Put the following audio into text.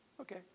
okay